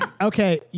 Okay